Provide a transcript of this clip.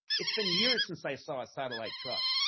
it's been years since i saw a satellite truck.